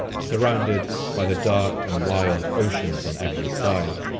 surrounded by the dark and wild oceans on every side.